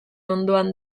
ondoan